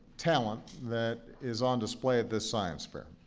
talent that is on display at this science fair.